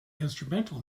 instrumental